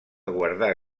guardar